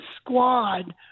squad